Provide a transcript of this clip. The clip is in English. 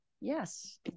Yes